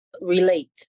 relate